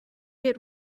get